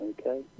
Okay